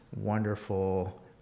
wonderful